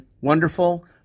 wonderful